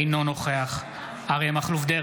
אינו נוכח אריה מכלוף דרעי,